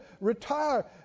retire